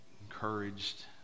encouraged